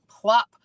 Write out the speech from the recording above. plop